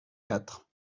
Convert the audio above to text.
quatre